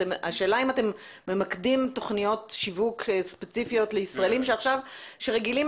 השאלה אם אתם ממקדים תוכניות שיווק ספציפיות לישראלים שרגילים